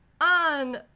On